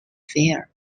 fire